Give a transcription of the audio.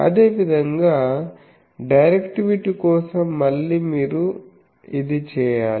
అదేవిధంగా డైరెక్టివిటీ కోసం మళ్ళీ ఇది చేయాలి